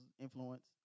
influence